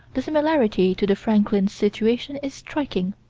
the similarity to the franklin situation is striking.